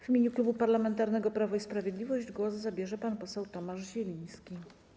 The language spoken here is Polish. W imieniu Klubu Parlamentarnego Prawo i Sprawiedliwość głos zabierze pan poseł Tomasz Zieliński.